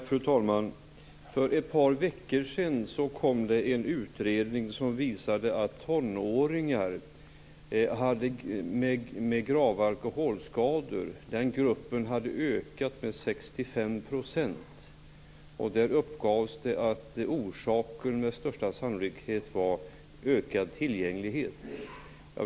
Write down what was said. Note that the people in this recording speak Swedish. Fru talman! För ett par veckor sedan kom en utredning som visar att gruppen tonåringar med grava alkoholskador ökat med 65 %. Orsaken uppgavs med största sannolikhet vara ökad tillgänglighet.